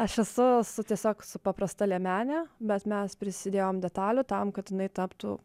aš esu tiesiog su paprasta liemene bet mes prisidėjom detalių tam kad jinai taptų